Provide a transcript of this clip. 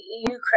Ukraine